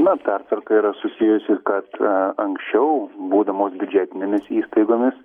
na pertvarka yra susijusi kad anksčiau būdamos biudžetinėmis įstaigomis